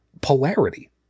polarity